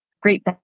great